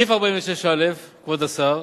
סעיף 46(א), כבוד השר,